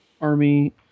Army